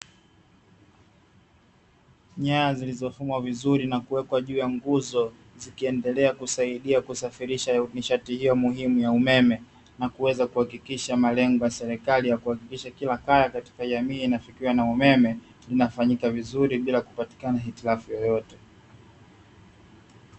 Nyaya zilizofumwa vizuri na kuwekwa juu ya nguzo zikiendelea kusaidia kusafirisha nishati hiyo muhimu ya umeme, na kuweza kuhakikisha malengo ya serikali ya kuakikisha kila kaya katika jamii inafikiwa na umeme linafanyika vizuri bila kupatikana hitilafu yoyote.